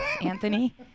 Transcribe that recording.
Anthony